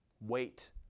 Wait